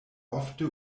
ofte